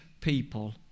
people